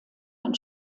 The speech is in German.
ein